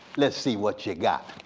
let's see what you got.